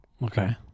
Okay